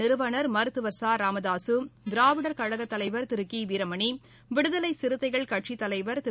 நிறுவனா் மருத்துவர் ச ராமதாசு திராவிடர் கழக தலைவர் திரு கி வீரமணி விடுதலை சிறுத்தைகள் கட்சித் தலைவர் திரு